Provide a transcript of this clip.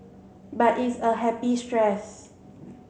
but it's a happy stress